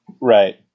Right